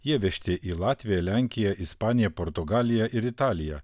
jie vežti į latviją lenkiją ispaniją portugaliją ir italiją